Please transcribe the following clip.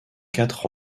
quatre